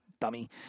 dummy